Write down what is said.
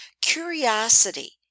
Curiosity